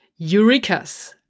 Eurekas